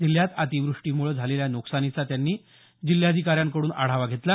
जिल्ह्यात अतिवृष्टीमुळे झालेल्या नुकसानीचा त्यांनी जिल्हाधिकाऱ्यांकडून आढावा घेतला